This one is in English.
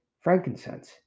Frankincense